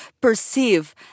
perceive